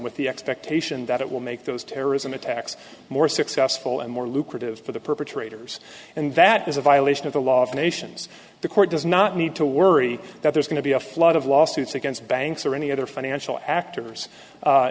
with the expectation that it will make those terrorism attacks more successful and more lucrative for the perpetrators and that is a violation of the law of nations the court does not need to worry that there's going to be a flood of lawsuits against banks or any other financial actors